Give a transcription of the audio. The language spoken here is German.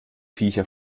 viecher